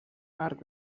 arc